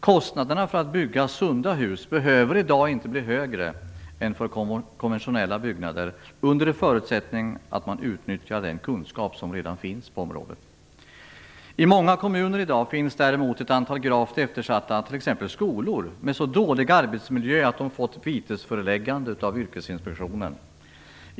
Kostnaderna för att bygga sunda hus behöver i dag inte bli högre än för konventionella byggnader under förutsättning att man utnyttjar den kunskap som redan finns på området. I många kommuner finns t.ex. i dag ett antal gravt eftersatta skolor med så dålig arbetsmiljö att de fått vitesföreläggande av Yrkesinspektionen.